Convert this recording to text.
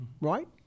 right